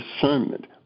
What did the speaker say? discernment